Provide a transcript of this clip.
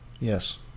Yes